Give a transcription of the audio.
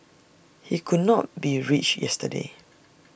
he could not be reached yesterday